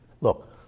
look